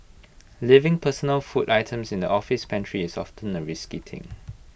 leaving personal food items in the office pantry is often A risky thing